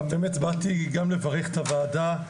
באתי לברך את הוועדה.